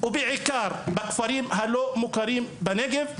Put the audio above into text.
בעיקר בכפרים הלא מוכרים בנגב,